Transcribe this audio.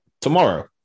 tomorrow